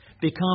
Become